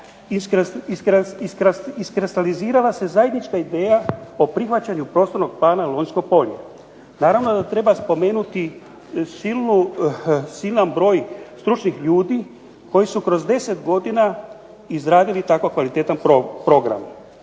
iskristalizirala se zajednička ideja o prihvaćanju prostornog plana Lonjsko polje. Naravno da treba spomenuti silan broj stručnih ljudi koji su kroz 10 godina izradili tako kvalitetan program.